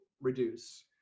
reduce